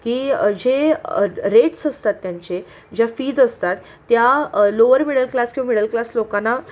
की जे रेट्स असतात त्यांचे ज्या फीज असतात त्या लोअर मिडल क्लास किंवा मिडल क्लास लोकांना